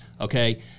okay